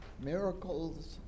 miracles